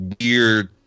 weird